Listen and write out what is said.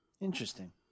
Interesting